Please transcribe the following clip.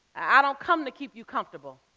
i don't come to keep you comfortable,